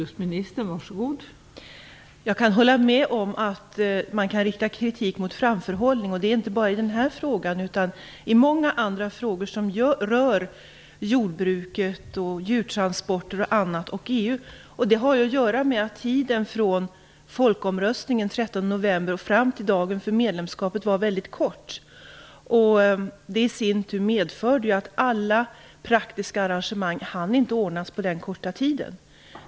Fru talman! Jag kan hålla med om att man kan rikta kritik i fråga om framförhållningen. Det gäller inte bara den här frågan utan många andra frågor som t.ex. rör jordbruket och djurtransporter och EU. Detta har att göra med att tiden från folkomröstningen, den 13 november, fram till dagen för medlemskapet var väldigt kort. Alla praktiska arrangemang hann inte ordnas på den korta tiden.